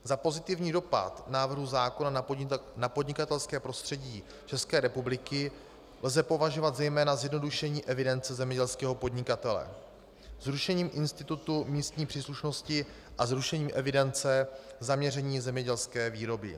Za pozitivní dopad návrhu zákona na podnikatelské prostředí České republiky lze považovat zejména zjednodušení evidence zemědělského podnikatele, zrušení institutu místní příslušnosti a zrušení evidence zaměření zemědělské výroby.